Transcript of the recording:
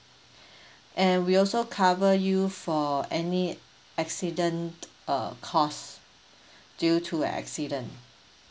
and we also cover you for any accident uh cost due to accident